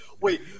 Wait